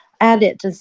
added